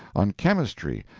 on chemistry,